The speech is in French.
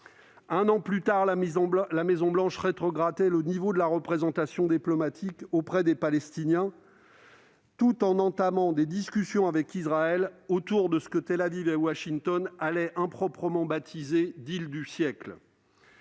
Un an plus tard, la Maison-Blanche rétrogradait le niveau de sa représentation diplomatique auprès des Palestiniens, tout en entamant des discussions avec Israël autour de ce que Tel-Aviv et Washington allaient improprement baptiser le du siècle.